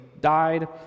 died